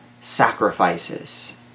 sacrifices